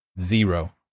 Zero